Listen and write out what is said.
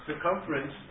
Circumference